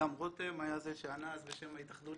היה גם רתם שענה אז בשם ההתאחדות